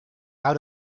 out